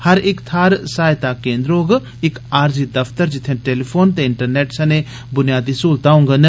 हर इक थाहर सहायता केन्द्र होग ते इक आरजी दफ्तर जित्थें टेलीफोन ते इंटरनेट सनें बुनियादी सहूलतां होंगन